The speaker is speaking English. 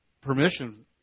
permission